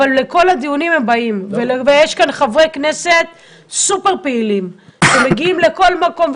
הם באים לכל הדיונים ויש כאן חברי כנסת מאוד פעילים שמגיעים לכל מקום,